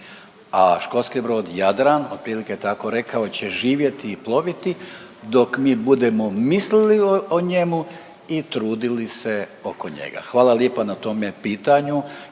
a Školski brod Jadran otprilike je tako rekao će živjeti i ploviti dok mi budemo mislili o njemu i trudili se oko njega. Hvala lijepa na tome pitanju